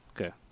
Okay